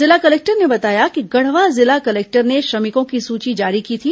जिला कलेक्टर ने बताया कि गढ़वा जिला कलेक्टर ने श्रमिकों की सूची जारी की थी